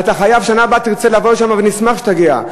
אתה חייב, בשנה הבאה תרצה לבוא לשם, ונשמח שתגיע.